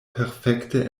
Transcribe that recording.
perfekte